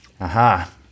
Aha